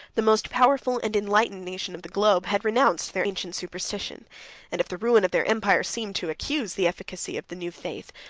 the most powerful and enlightened nation of the globe, had renounced their ancient superstition and, if the ruin of their empire seemed to accuse the efficacy of the new faith,